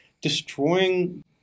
destroying